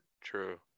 true